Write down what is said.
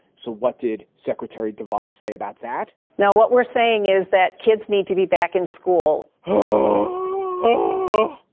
so what did secretary divorce say about that? now, what we're saying is that kids need to be back in school oh,